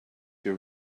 your